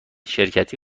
شرکتی